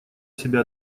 себя